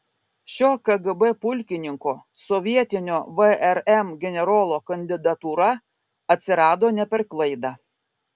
šio kgb pulkininko sovietinio vrm generolo kandidatūra atsirado ne per klaidą